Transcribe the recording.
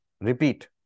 Repeat